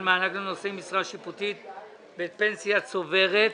מענק לנושאי משרה שיפוטית בפנסיה צוברת).